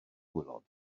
gwaelod